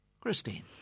Christine